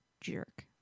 jerk